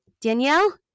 Danielle